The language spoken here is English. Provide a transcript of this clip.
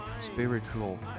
spiritual